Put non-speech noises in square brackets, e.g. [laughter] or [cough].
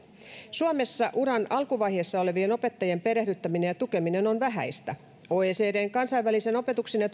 suomessa uran alkuvaiheessa olevien opettajien perehdyttäminen ja tukeminen on vähäistä oecdn kansainvälisen opetuksen ja [unintelligible]